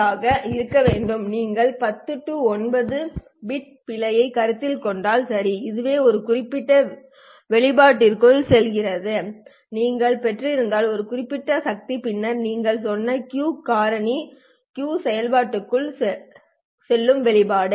யாக இருக்க வேண்டும் நீங்கள் 10 9 பிட் பிழையைக் கருத்தில் கொண்டால் சரி இதுவே இந்த குறிப்பிட்ட வெளிப்பாட்டிற்குள் செல்கிறது சரி நீங்கள் பெற்றிருந்தால் ஒரு குறிப்பிட்ட சக்தி பின்னர் நீங்கள் சொன்ன q காரணி Q செயல்பாட்டுக்கு செல்லும் வெளிப்பாடு